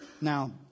Now